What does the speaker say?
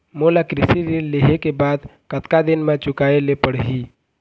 मोला कृषि ऋण लेहे के बाद कतका दिन मा चुकाए ले पड़ही?